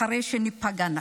אחרי שניפגע.